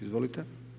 Izvolite.